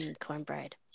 Cornbread